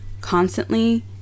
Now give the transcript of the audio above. Constantly